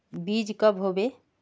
बीज कब होबे?